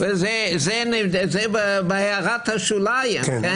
זה בהערת השוליים.